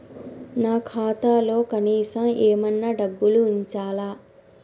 నా ఖాతాలో కనీసం ఏమన్నా డబ్బులు ఉంచాలా?